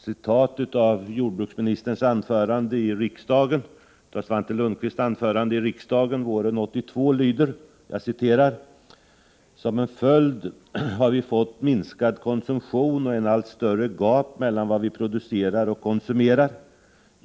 Svante Lundkvist sade då i ett anförande i riksdagen: ”Som en följd av detta har vi fått minskad konsumtion och ett allt större gap mellan vad vi producerar och konsumerar.